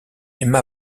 emma